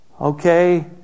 Okay